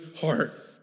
heart